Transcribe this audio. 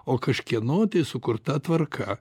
o kažkieno sukurta tvarka